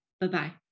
Bye-bye